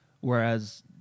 Whereas